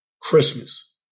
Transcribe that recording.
Christmas